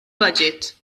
baġit